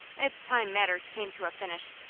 it's time matters came to a finish.